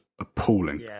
appalling